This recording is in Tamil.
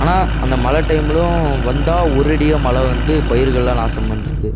ஆனால் அந்த மழை டைமலும் வந்தால் ஒரேடியாக மழை வந்து பயிர்களெலாம் நாசம் பண்ணுது